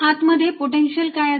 आत मध्ये पोटेन्शिअल काय असेल